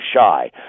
shy